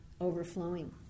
overflowing